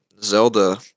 zelda